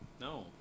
No